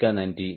மிக்க நன்றி